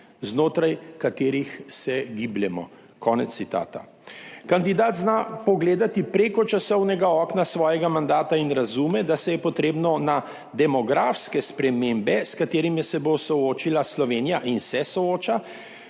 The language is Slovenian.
znotraj katerih se gibljemo." Konec citata. Kandidat zna pogledati preko časovnega okna svojega mandata in razume, da se je potrebno na demografske spremembe, s katerimi se bo soočila Slovenija in se sooča